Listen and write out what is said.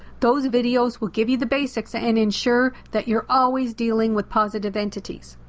those videos will give you the basics ah and ensure that you're always dealing with positive entities.